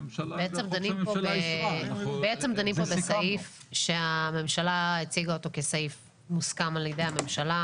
בעצם דנים פה בסעיף שהממשלה הציגה אותו כסעיף מוסכם על ידי הממשלה.